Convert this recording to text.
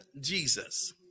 Jesus